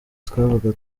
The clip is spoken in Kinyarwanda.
twabaga